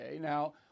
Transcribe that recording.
Now